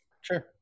Sure